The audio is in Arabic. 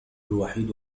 الوحيد